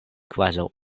kvazaŭ